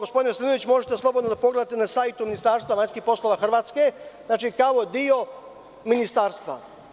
Gospodine Veselinoviću, to možete slobodno da pogledate na sajtu Ministarstva vanjskih poslova Hrvatske, znači kao deo Ministarstva.